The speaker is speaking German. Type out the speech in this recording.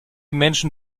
menschen